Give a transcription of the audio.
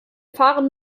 fahren